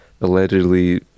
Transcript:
allegedly